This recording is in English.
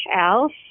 else